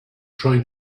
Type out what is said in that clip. trying